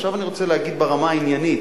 עכשיו אני רוצה לומר ברמה העניינית: